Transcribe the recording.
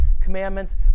commandments